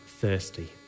thirsty